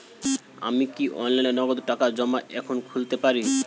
আমি কি অনলাইনে নগদ টাকা জমা এখন খুলতে পারি?